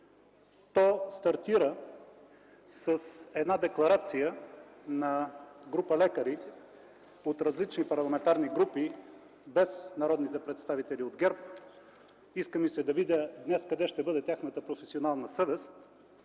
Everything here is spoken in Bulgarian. То стартира с една декларация на група лекари от различни парламентарни групи, без народните представители от ГЕРБ. Иска ми се да видя днес къде ще бъде тяхната професионална съвест.